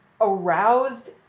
aroused